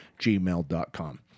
gmail.com